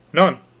none.